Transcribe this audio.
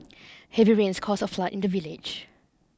heavy rains caused a flood in the village